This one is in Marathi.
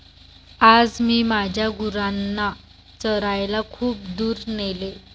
आज मी माझ्या गुरांना चरायला खूप दूर नेले